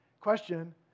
Question